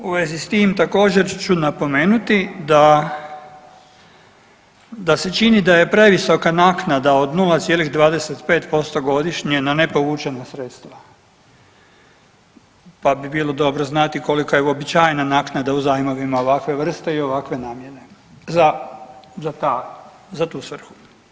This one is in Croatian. U vezi s tim također ću napomenuti da, da se čini da je previsoka naknada od 0,25% godišnje na ne povučena sredstva, pa bi bilo dobro znati kolika je uobičajena naknada u zajmovima ovakve vrste i ovakve namjene za, za ta, za tu svrhu.